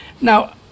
Now